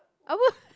apa